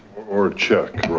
or check.